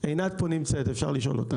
ענת פה נמצאת, אפשר לשאול אותה.